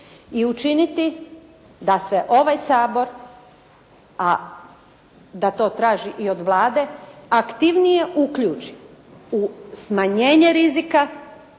i učiniti da se ovaj Sabor a da to traži i od Vlade, aktivnije uključi u smanjenje rizika